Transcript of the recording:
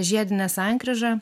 žiedine sankryža